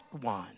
one